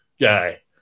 guy